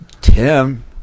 Tim